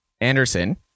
Anderson